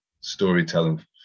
storytelling